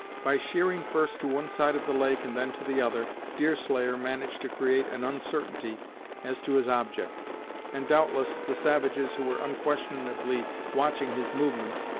by sheering first to one side of the lake, and then to the other, deerslayer managed to create an uncertainty as to his object and, doubtless, the savages, who were unquestionably watching his movements,